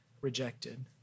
rejected